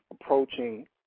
approaching